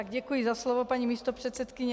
Děkuji za slovo, paní místopředsedkyně.